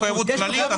יש מחויבות כללית,